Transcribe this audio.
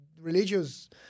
religious